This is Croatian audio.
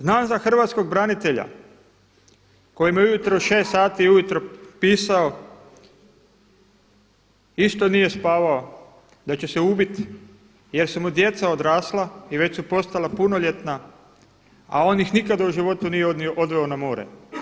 Znam za hrvatskog branitelja koji mi je u 6 sati ujutro pisao, isto nije spavao, da će se ubiti jer su mu djeca odrasla i već su postala punoljetna, a on nikad u životu nije odveo na more.